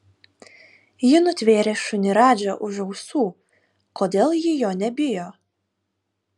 ji nutvėrė šunį radžą už ausų kodėl ji jo nebijo